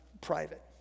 private